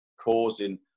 causing